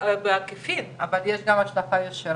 אז בעוד מספר שנים תוכלי לצאת מחולון,